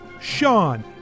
Sean